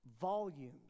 volumes